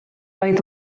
oedd